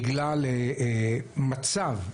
בגלל מצב,